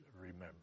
remember